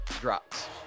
drops